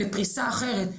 לפריסה אחרת,